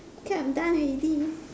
okay I'm done already